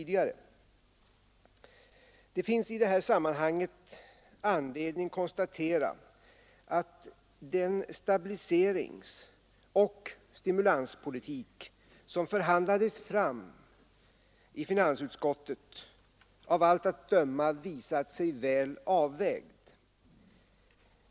Det finns i detta sammanhang anledning konstatera att den stabiliseringsoch stimulanspolitik som förhandlats fram i finansutskottet av allt att döma visat sig vara väl avvägd.